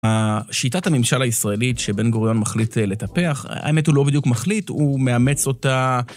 השיטת הממשל הישראלית שבן גוריון מחליט לטפח, האמת הוא לא בדיוק מחליט הוא מאמץ אותה